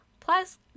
Plus